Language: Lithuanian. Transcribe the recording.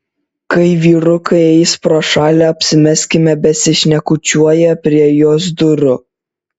kai vyrukai eis pro šalį apsimeskime besišnekučiuoją prie jos durų